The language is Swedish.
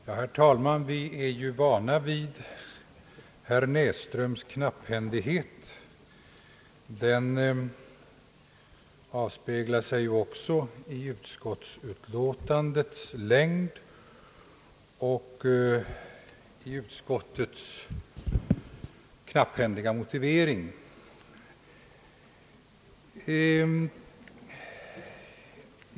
Herr talman! Vi är ju vana vid herr Näsströms knapphändighet. Den avspeglar sig också i utskottsutlåtandets längd och i utskottets knapphändiga motivering.